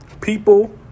people